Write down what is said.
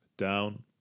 down